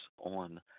on